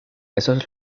esos